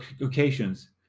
occasions